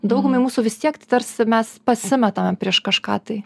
daugumai mūsų vis tiek tarsi mes pasimetame prieš kažką tai